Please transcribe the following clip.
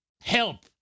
help